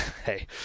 Hey